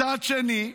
מצד שני,